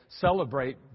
celebrate